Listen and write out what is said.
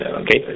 okay